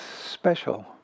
special